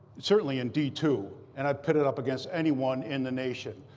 certainly in d two. and i'd put it up against anyone in the nation.